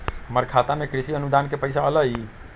हमर खाता में कृषि अनुदान के पैसा अलई?